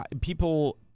people –